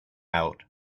out